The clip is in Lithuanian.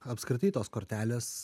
apskritai tos kortelės